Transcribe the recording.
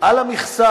לסדר-היום על המכסה,